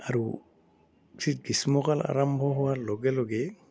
আৰু যি গ্ৰীষ্মকাল আৰম্ভ হোৱাৰ লগে লগে